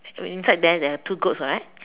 inside there there are two goats right